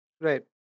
right